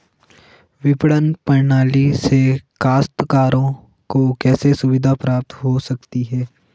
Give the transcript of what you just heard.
विपणन प्रणाली से काश्तकारों को कैसे सुविधा प्राप्त हो सकती है?